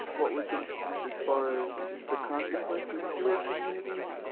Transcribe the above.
what we can find as far as the consequences to our communities,